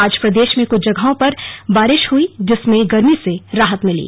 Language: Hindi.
आज प्रदेश में कुछ जगहों पर बारिश हुई जिससे गर्मी से राहत मिली